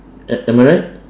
am am I right